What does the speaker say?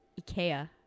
Ikea